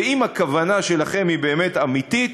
ואם הכוונה שלכם היא באמת אמיתית,